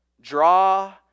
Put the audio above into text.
Draw